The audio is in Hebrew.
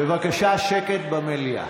בבקשה שקט במליאה.